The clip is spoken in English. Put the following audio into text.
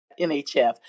NHF